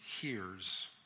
hears